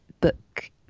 book